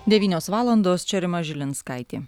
devynios valandos čia rima žilinskaitė